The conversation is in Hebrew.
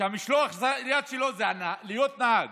שמשלח היד שלו זה להיות נהג,